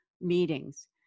meetings